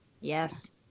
Yes